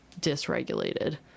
dysregulated